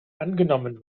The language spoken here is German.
angenommen